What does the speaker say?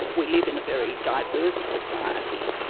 we live in a very diverse society,